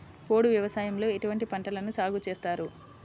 పోడు వ్యవసాయంలో ఎటువంటి పంటలను సాగుచేస్తారు?